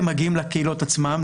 הם מגיעים לקהילות עצמן,